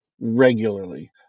regularly